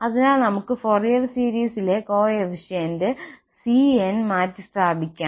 അതിനാൽ നമുക്ക് ഫൊറിയർ സീരീസിലെ കോഫിഫിഷ്യന്റ് cn മാറ്റിസ്ഥാപിക്കാം